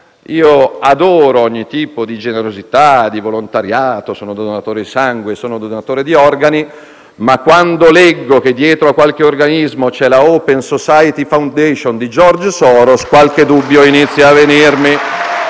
Io adoro ogni tipo di generosità e di volontariato, sono donatore di sangue e di organi, ma quando leggo che dietro a qualche organismo c'è la Open Society Foundations di George Soros, qualche dubbio inizia a venirmi